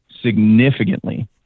significantly